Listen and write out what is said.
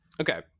Okay